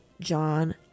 John